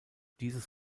dieses